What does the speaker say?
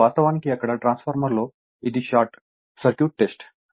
ఇప్పుడు వాస్తవానికి అక్కడ ట్రాన్స్ఫార్మర్లో ఇది షార్ట్ సర్క్యూట్ టెస్ట్